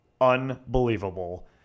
unbelievable